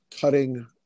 cutting